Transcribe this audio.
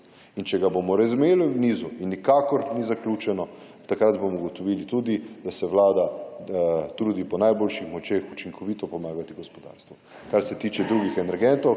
in če ga bomo razumeli v nizu in nikakor ni zaključeno, takrat bomo ugotovili tudi, da se Vlada trudi po najboljših močeh učinkovito pomagati gospodarstvu. Kar se tiče drugih energentov,